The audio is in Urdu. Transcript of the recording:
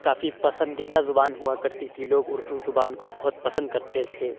کافی پسندیدہ زبان ہوا کرتی تھی لوگ اردو زبان کو بہت پسند کرتے تھے